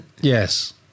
Yes